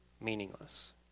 meaningless